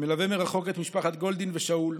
מלווה מרחוק את משפחות גולדין ושאול,